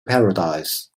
paradise